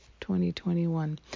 2021